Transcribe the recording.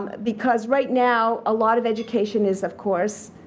because right now, a lot of education is, of course,